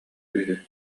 үһү